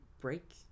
break